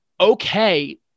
okay